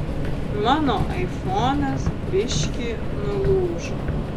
mano aifonas biškį nulūžo